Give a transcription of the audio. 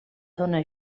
dóna